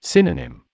Synonym